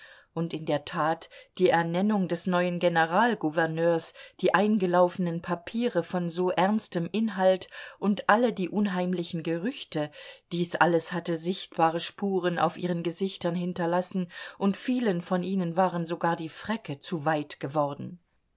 und in der tat die ernennung des neuen generalgouverneurs die eingelaufenen papiere von so ernstem inhalt und alle die unheimlichen gerüchte dies alles hatte sichtbare spuren auf ihren gesichtern hinterlassen und vielen von ihnen waren sogar die fräcke zu weit geworden